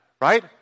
right